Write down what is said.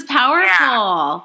powerful